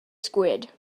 squid